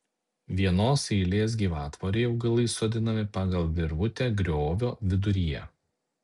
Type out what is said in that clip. vienos eilės gyvatvorei augalai sodinami pagal virvutę griovio viduryje